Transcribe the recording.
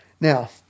Now